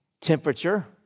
temperature